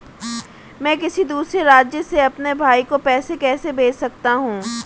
मैं किसी दूसरे राज्य से अपने भाई को पैसे कैसे भेज सकता हूं?